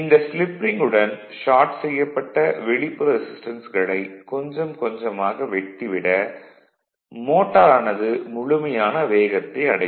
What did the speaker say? இந்த slip ring உடன் short செய்யப்பட்ட வெளிப்புற ரெசிஸ்டன்ஸ்களை கொஞ்சம் கொஞ்சமாக வெட்டி விட மோட்டார் ஆனது முழுமையான வேகத்தை அடையும்